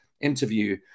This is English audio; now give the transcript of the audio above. interview